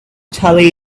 tully